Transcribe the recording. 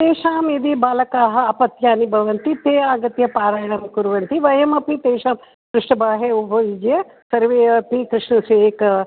तेषां यदि बालकाः अपत्यानि भवन्ति ते आगत्य पारायणं कुर्वन्ति वयमपि तेषां पृष्ठबाहे उपयुज्य सर्वे अपि कृष्णस्य एक